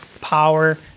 power